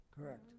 Correct